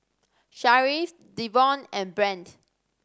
Sharif Devon and Brandt